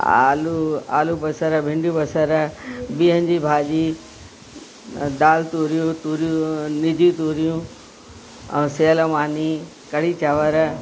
आलू आलू बसर भिंडियूं बसर बिहनि जी भाॼी दाल तूरियूं तूरियूं निजी तूरियूं ऐं सेल मानी कढ़ी चांवर